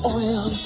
oil